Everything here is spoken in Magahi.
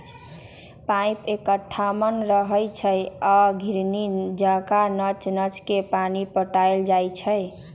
पाइप एकठाम रहै छइ आ घिरणी जका नच नच के पानी पटायल जाइ छै